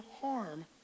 harm